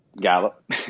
Gallup